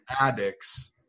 addicts